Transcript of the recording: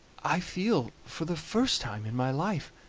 i feel, for the first time in my life,